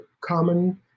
common